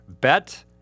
bet